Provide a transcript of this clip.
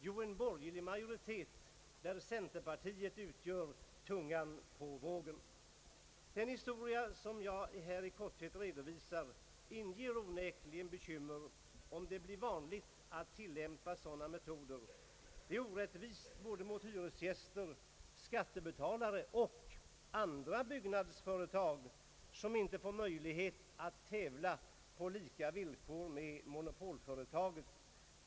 Jo, en borgerlig majoritet där centerpartiet utgör tungan på vågen. Den historia jag här i korthet redovisat inger onekligen bekymmer om det blir vanligt att tillämpa sådana metoder. Det är orättvist mot både hyresgäster, skattebetalare och andra byggnadsföretag som inte får möjlighet att tävla på lika villkor med monopolföretaget.